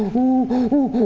ooh,